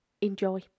enjoy